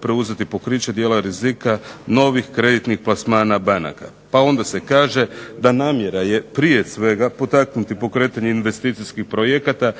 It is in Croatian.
preuzeti pokriće djela rizika novih kreditnih plasmana banaka", pa se onda kaže da "Namjera je prije svega potaknuti pokretanje investicijskih projekata